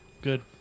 good